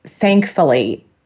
thankfully